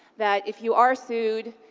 that if you are sued,